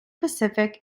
pacific